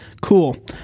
Cool